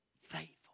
faithful